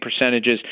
percentages